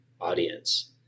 audience